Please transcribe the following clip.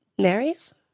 Mary's